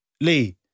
Lee